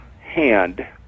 hand